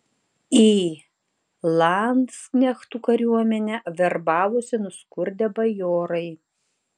į landsknechtų kariuomenę verbavosi nuskurdę bajorai